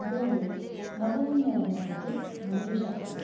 ಅದರಲ್ಲಿ ಮೊದಲನೇಯದಾದದ್ದು ಮಂಜೂಷ ಕಲೆ